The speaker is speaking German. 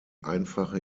einfache